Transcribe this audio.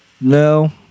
No